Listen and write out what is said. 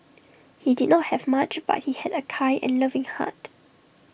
he did not have much but he had A kind and loving heart